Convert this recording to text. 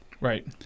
Right